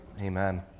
Amen